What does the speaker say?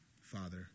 Father